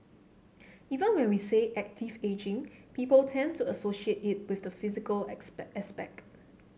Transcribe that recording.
even when we say active ageing people tend to associate it with the physical aspect